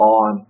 on